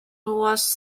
was